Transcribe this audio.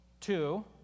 Two